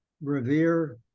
revere